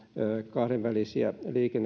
kahdenvälisiä